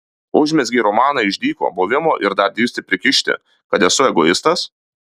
užmezgei romaną iš dyko buvimo ir dar drįsti prikišti kad esu egoistas